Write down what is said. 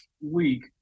week